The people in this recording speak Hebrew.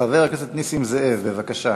חבר הכנסת נסים זאב, בבקשה,